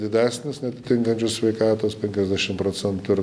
didesnis neatitinkančių sveikatos penkiasdešim procentų ir